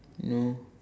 no